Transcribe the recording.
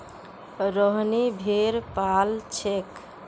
रोहिनी भेड़ पा ल छेक